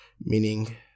meaning